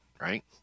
Right